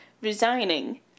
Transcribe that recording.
resigning